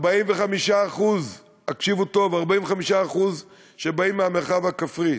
45% הקשיבו טוב: 45% שבאים מהמרחב הכפרי.